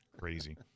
crazy